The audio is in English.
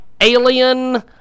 Alien